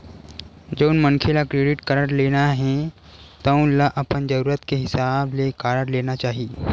जउन मनखे ल क्रेडिट कारड लेना हे तउन ल अपन जरूरत के हिसाब ले कारड लेना चाही